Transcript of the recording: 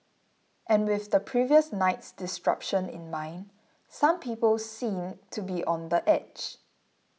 and with the previous night's disruption in mind some people seem to be on the edge